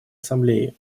ассамблеи